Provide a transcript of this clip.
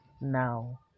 now